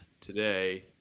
today